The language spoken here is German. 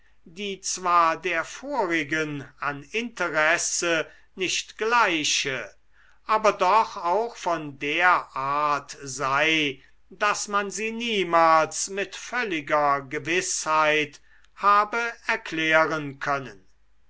die zwar der vorigen an interesse nicht gleiche aber doch auch von der art sei daß man sie niemals mit völliger gewißheit habe erklären können